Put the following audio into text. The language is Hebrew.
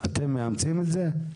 אתם מאמצים את זה?